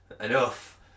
enough